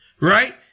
Right